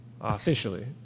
Officially